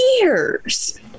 years